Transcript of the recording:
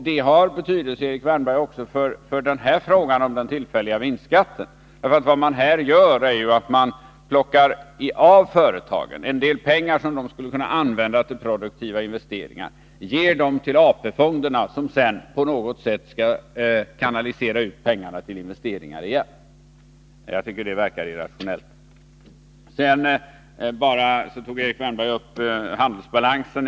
Det har betydelse, Erik Wärnberg, också för frågan om den tillfälliga vinstskatten. För det man här gör är att plocka av företagen en del av de pengar som de skulle kunna använda till produktiva investeringar, ger dem till AP ” fonderna, som sedan på något sätt skall kanalisera ut pengarna till investeringar igen. Jag tycker att det verkar irrationellt. Sedan tog Erik Wärnberg upp handelsbalansen.